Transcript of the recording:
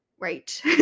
Right